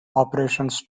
operations